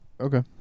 Okay